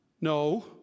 no